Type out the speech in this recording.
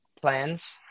plans